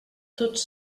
tots